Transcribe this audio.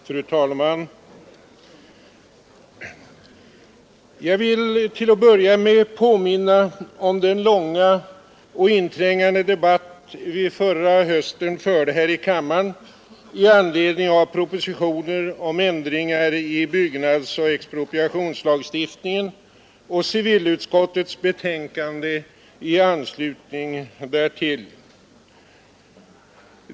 Fru talman! Jag vill börja med att påminna om den långa och inträngande debatt vi förra hösten förde här i kammaren i anledning av propositionen om ändringar i byggnadsoch expropriationslagstiftningen och civilutskottets betänkande i anslutning härtill.